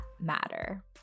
matter